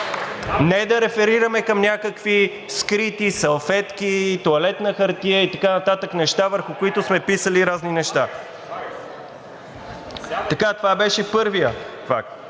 не да реферираме към някакви скрити салфетки, тоалетна хартия и така нататък, неща, върху които сме писали разни неща. Това беше първият факт